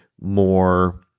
more